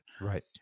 Right